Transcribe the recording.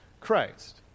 Christ